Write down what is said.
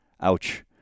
Ouch